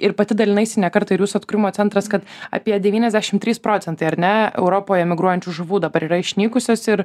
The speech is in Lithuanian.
ir pati dalinaisi ne kartą ir jūsų atkūrimo centras kad apie devyniasdešim trys procentai ar ne europoje migruojančių žuvų dabar yra išnykusios ir